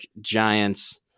Giants